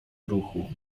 ruchu